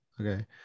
Okay